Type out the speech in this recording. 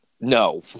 no